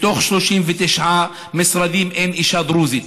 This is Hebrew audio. מתוכם, ב-39 משרדים אין אישה דרוזית.